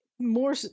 More